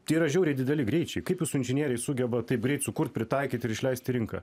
tai yra žiauriai dideli greičiai kaip jūsų inžinieriai sugeba taip greit sukurt pritaikyt ir išleist į rinką